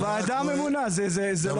ועדה ממונה, זה לא?